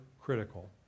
critical